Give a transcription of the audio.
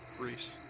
Reese